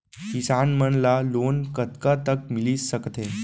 किसान मन ला लोन कतका तक मिलिस सकथे?